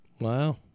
Wow